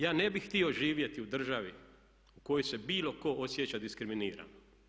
Ja ne bih htio živjeti u državi u kojoj se bilo tko osjeća diskriminirano.